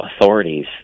authorities